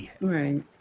right